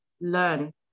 learn